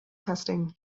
testing